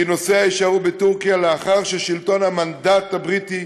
נוסעיה יישארו בטורקיה לאחר ששלטון המנדט הבריטי